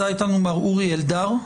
מר אורי אלדר,